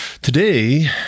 Today